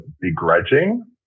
begrudging